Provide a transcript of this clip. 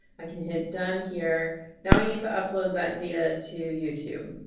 i can hit done here. now i need to upload that data to youtube,